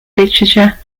literature